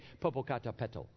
Popocatapetl